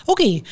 Okay